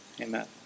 amen